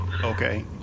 Okay